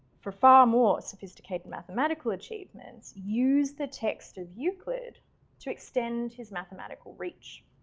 for far more sophisticated mathematical achievements, use the text of euclid to extend his mathematical reach.